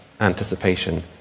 anticipation